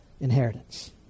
inheritance